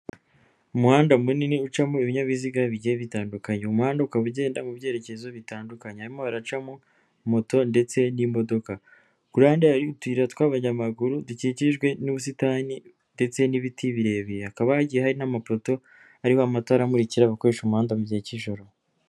Umuhanda munini ucamo ibinyabiziga bigiye bitandukanye umuhanda ukaba ugenda mu byerekezo bitandukanye, harimo baracamo moto ndetse n'imodoka ku ruhande hariho utuyira tw'abanyamaguru dukikijwe n'ubusitani ndetse n'ibiti birebire hakaba hagiye hari n'amaporoto ariho amatara amurikira abakoresha umuhanda mu gihe cy'ijoro.